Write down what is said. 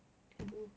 can do